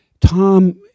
Tom